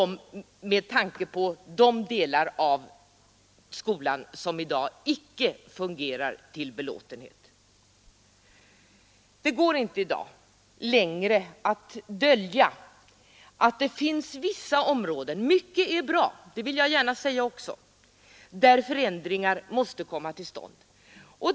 Mycket är bra — det vill jag också gärna säga — men det går i dag inte längre att dölja att det finns vissa områden där förändringar måste komma till stånd.